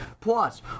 Plus